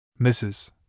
Mrs